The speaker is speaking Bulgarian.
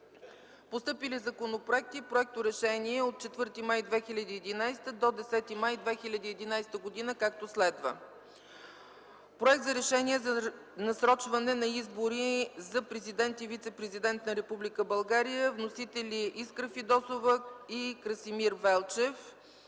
Постъпили законопроекти и проекторешения от 4 май 2011 г. до 10 май 2011 г. както следва: Проект за решение за насрочване на избори за президент и вицепрезидент на Република България, вносители – Искра Фидосова и Красимир Велчев.